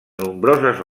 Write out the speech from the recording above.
nombroses